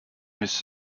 his